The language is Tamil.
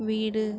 வீடு